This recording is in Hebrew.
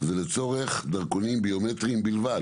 זה לצורך דרכונים ביומטריים בלבד,